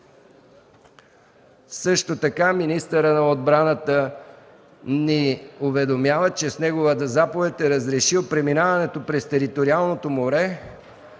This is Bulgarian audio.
република. Министърът на отбраната ни уведомява, че с негова заповед е разрешил преминаването през териториалното море,